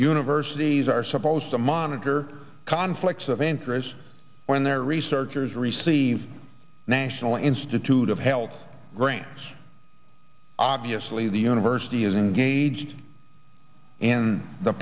universities are supposed to monitor conflicts of interest when their researchers receive national institute of health grants obviously the university is engaged in the